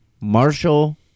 Marshall